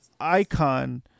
icon